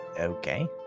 okay